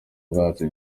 bwiza